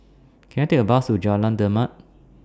Can I Take A Bus to Jalan Demak